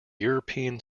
european